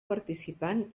participant